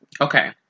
okay